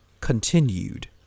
continued